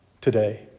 today